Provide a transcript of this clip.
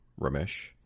Ramesh